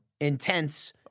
intense